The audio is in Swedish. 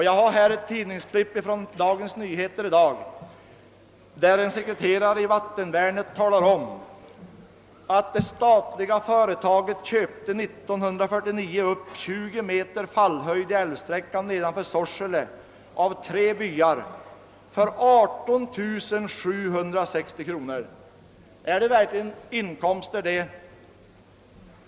Jag har här ett klipp ur Dagens Nyheter för i dag, där en sekreterare i Vattenvärnet nämner att det statliga företaget år 1949 köpte upp 20 meter fallhöjd i älvsträckan nedanför Sorsele av tre byar för 18 760 kronor. är det en inkomst att orda om?